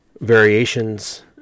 variations